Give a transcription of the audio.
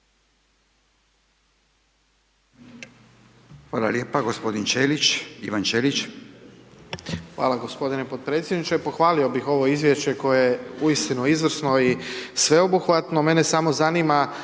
Ivan Ćelić. **Ćelić, Ivan (HDZ)** Hvala g. potpredsjedniče. Pohvalio bih ovo izvješće koje je uistinu izvrsno i sveobuhvatno, mene samo zanima